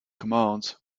commands